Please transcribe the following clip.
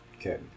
Okay